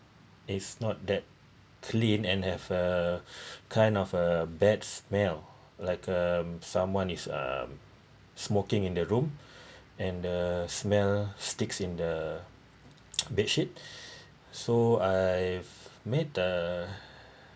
it's not that clean and have a kind of a bad smell like um someone is um smoking in the room and the smell sticks in the bedsheet so I've made a